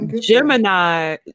Gemini